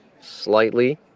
slightly